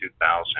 2,000